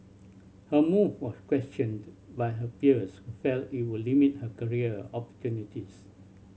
her move was questioned by her peers who felt it would limit her career opportunities